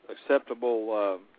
acceptable